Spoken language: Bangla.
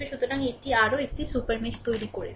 সুতরাং এটি আরও একটি সুপার মেশ তৈরি করছে